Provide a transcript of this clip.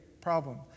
problem